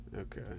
Okay